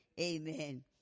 amen